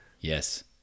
yes